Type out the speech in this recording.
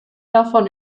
davon